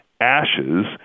ashes